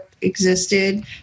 existed